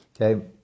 Okay